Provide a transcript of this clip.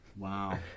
Wow